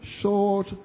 short